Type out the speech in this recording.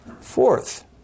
Fourth